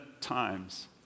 times